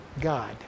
God